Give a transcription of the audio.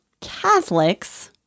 Catholics